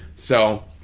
so,